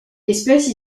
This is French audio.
espèces